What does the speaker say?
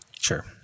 Sure